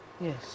Yes